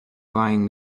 buying